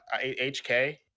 HK